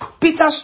Peter